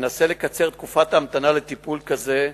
ננסה לקצר את תקופת ההמתנה לטיפול כזה,